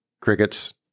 Crickets